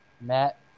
Matt